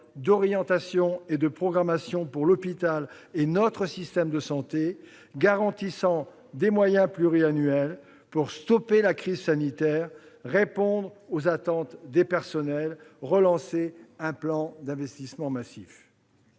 d'orientation et de programmation pour l'hôpital et notre système de santé garantissant des moyens pluriannuels pour stopper la crise sanitaire, répondre aux attentes des personnels et relancer un plan d'investissement massif.